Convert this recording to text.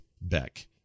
Beck